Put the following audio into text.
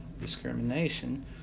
discrimination